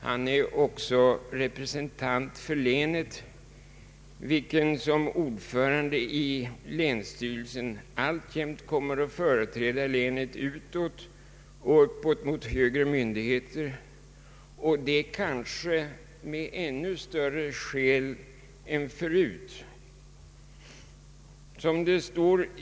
Han är också representant för länet och kommer som ordförande i länsstyrelsen alltjämt att företräda länet utåt och uppåt mot högre myndigheter, och det kanske med ännu större skäl än förut.